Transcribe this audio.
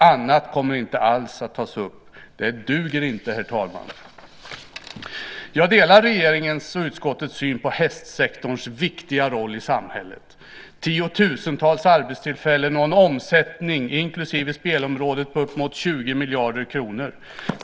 Annat kommer inte alls att tas upp. Detta duger inte, herr talman. Jag delar regeringens och utskottets syn på hästsektorns viktiga roll i samhället, med tiotusentals arbetstillfällen och en omsättning inklusive spelområdet på uppemot 20 miljarder kronor.